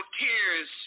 tears